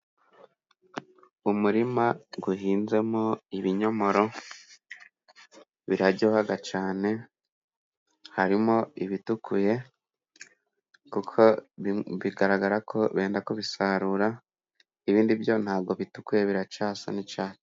Umurima uhinzemo ibinyomoro, biraryoha cyane, harimo ibitukuye, kuko bigaragara ko benda kubisarura, ibindi byo ntabwo bitukuye, biracyasa n' icyatsi.